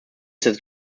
that